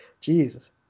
Jesus